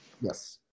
Yes